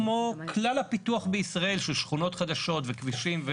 כמו כלל הפיתוח בישראל של שכונות חדשות וכבישים.